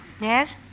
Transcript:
Yes